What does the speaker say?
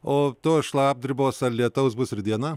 o tos šlapdribos ar lietaus bus ir dieną